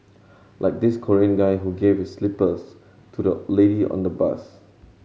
like this Korean guy who gave his slippers to the lady on the bus